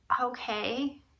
okay